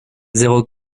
zéro